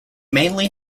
mainly